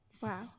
Wow